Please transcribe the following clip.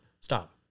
stop